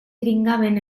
dringaven